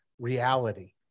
reality